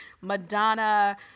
Madonna